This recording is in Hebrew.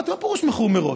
אמרתי: מה פירוש "מכור מראש",